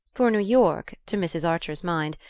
for new york, to mrs. archer's mind,